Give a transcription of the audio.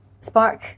Spark